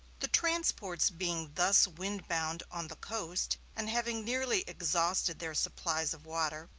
the transports being thus windbound on the coast, and having nearly exhausted their supplies of water,